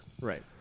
Right